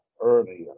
earlier